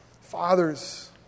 Fathers